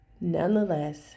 Nonetheless